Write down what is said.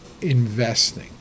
investing